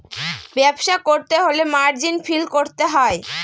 ব্যবসা করতে হলে মার্জিন ফিল করতে হয়